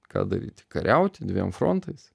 ką daryti kariauti dviem frontais